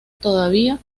todavía